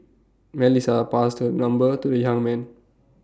Melissa passed her number to the young man